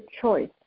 choice